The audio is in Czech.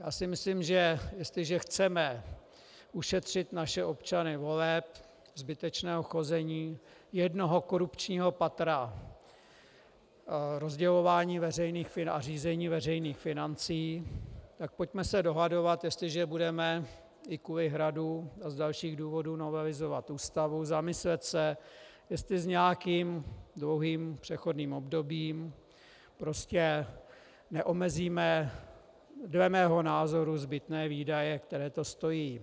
Já si myslím, že jestliže chceme ušetřit naše občany voleb, zbytečného chození, jednoho korupčního patra rozdělování a řízení veřejných financí, tak pojďme se dohadovat, jestliže budeme i kvůli Hradu a z dalších důvodů novelizovat Ústavu, zamyslet se, jestli s nějakým dlouhým přechodným obdobím neomezíme dle mého názoru zbytné výdaje, které to stojí.